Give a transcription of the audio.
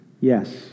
Yes